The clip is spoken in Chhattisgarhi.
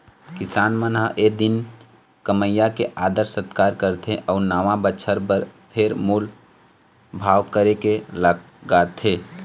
किसान मन ए दिन कमइया के आदर सत्कार करथे अउ नवा बछर बर फेर मोल भाव करके लगाथे